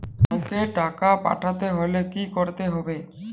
কাওকে টাকা পাঠাতে হলে কি করতে হবে?